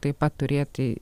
taip pat turėti